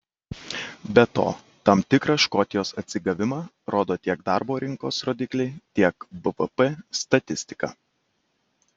be to tam tikrą škotijos atsigavimą rodo tiek darbo rinkos rodikliai tiek bvp statistika